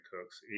Cooks